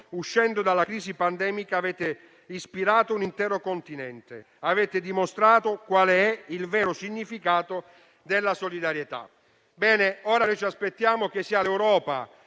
uscendo dalla crisi pandemica, avete ispirato un intero Continente e avete dimostrato qual è il vero significato della solidarietà. Bene, ora noi ci aspettiamo che sia l'Europa